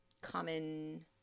common